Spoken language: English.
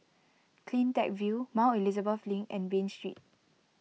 CleanTech View Mount Elizabeth Link and Bain Street